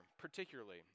particularly